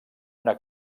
una